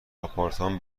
آپارتمان